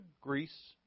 Greece